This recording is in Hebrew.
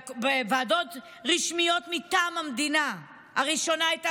ועדות רשמיות מטעם המדינה: הראשונה הייתה